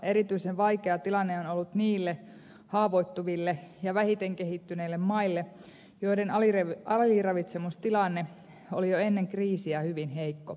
erityisen vaikea tilanne on ollut niille haavoittuville ja vähiten kehittyneille maille joiden aliravitsemustilanne oli jo ennen kriisiä hyvin heikko